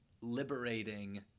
liberating